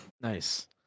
Nice